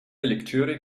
lektüre